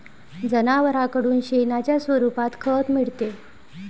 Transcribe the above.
जनावरांकडून शेणाच्या स्वरूपात खत मिळते